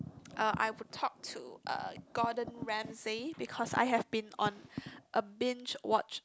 uh I would talk to uh Gordon-Ramsay because I have been on a binge watch